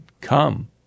Come